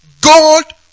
God